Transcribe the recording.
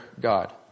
god